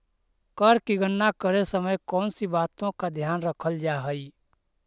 कर की गणना करे समय कौनसी बातों का ध्यान रखल जा हाई